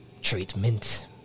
treatment